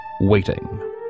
waiting